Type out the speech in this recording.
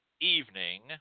evening